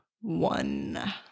one